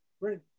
Right